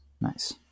Nice